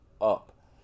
up